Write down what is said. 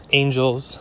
angels